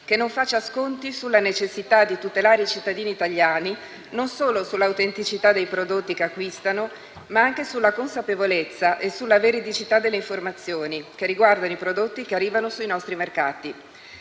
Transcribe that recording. che non faccia sconti sulla necessità di tutelare i cittadini italiani, non solo sull'autenticità dei prodotti che acquistano, ma anche sulla consapevolezza e sulla veridicità delle informazioni che riguardano i prodotti che arrivano sui nostri mercati.